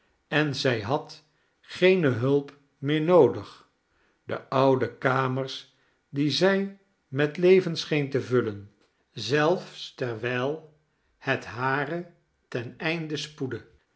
en zij had geene hulp meer noodig de oude kamers die zij met leven scheen te vullen zelfs terwijl het hare ten einde spoeddo